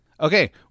Okay